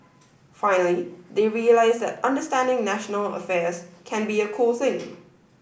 finally they realise that understanding national affairs can be a cool thing